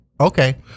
Okay